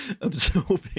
absorbing